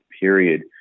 period